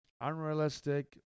unrealistic